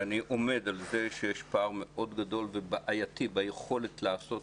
אני עומד על זה שיש פער מאוד גדול ובעייתי ביכולת לעשות